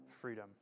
freedom